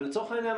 ולצורך העניין,